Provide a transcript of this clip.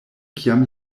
kiam